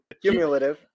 cumulative